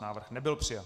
Návrh nebyl přijat.